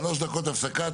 שלוש דקות הפסקה,